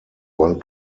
one